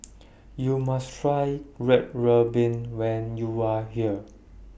YOU must Try Red Ruby when YOU Are here